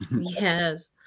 Yes